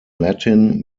latin